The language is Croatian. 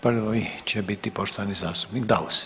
Prvo će biti poštovani zastupnik Daus.